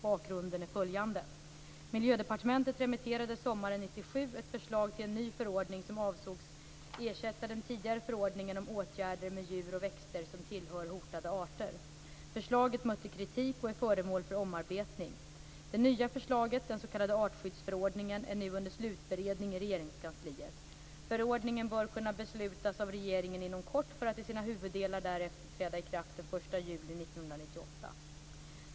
Bakgrunden är följande: ett förslag till en ny förordning som avsågs ersätta den tidigare förordningen om åtgärder för djur och växter som tillhör hotade arter. Förslaget mötte kritik och är föremål för omarbetning. Det nya förslaget - den s.k. artskyddsförordningen - är nu under slutberedning i Regeringskansliet. Förordningen bör kunna beslutas av regeringen inom kort för att i sina huvuddelar därefter träda i kraft den 1 juli 1998.